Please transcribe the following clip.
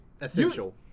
essential